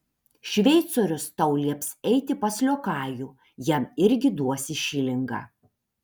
šveicorius tau lieps eiti pas liokajų jam irgi duosi šilingą